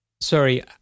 Sorry